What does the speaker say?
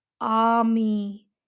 army